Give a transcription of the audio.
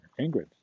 Ingrid